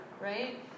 right